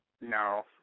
No